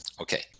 Okay